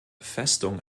festung